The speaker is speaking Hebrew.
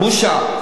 בושה.